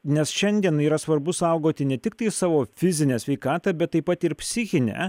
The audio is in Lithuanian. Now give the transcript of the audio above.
nes šiandien yra svarbu saugoti ne tiktai savo fizinę sveikatą bet taip pat ir psichinę